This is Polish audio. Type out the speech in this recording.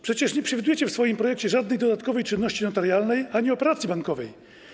Przecież nie przewidujecie w swoim projekcie żadnej dodatkowej czynności notarialnej ani operacji bankowej.